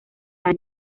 gran